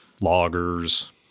loggers